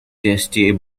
tasty